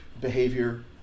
behavior